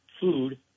food